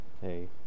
Hey